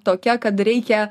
tokia kad reikia